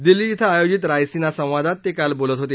दिल्ली इथं आयोजित रायसिना संवादात ते काल बोलत होते